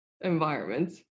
environments